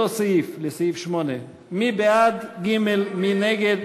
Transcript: בעד, 21,